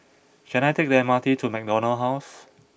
can I take the M R T to McDonald House